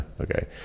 Okay